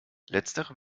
letztere